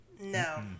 No